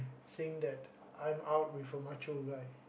saying that I'm out with a macho guy